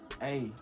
Hey